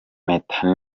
mpeta